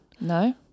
No